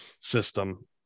system